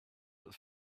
but